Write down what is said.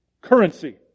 Currency